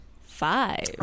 Five